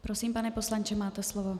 Prosím, pane poslanče, máte slovo.